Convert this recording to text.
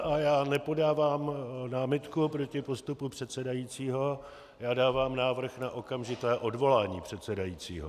A já nepodávám námitku proti postupu předsedajícího, já dávám návrh na okamžité odvolání předsedajícího.